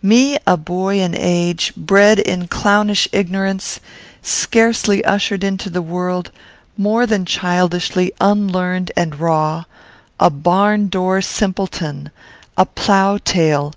me, a boy in age bred in clownish ignorance scarcely ushered into the world more than childishly unlearned and raw a barn-door simpleton a plough-tail,